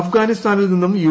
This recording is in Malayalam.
അഫ്ഗാനിസ്ഥാനിൽ നിന്ന് യു